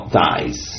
dies